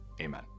Amen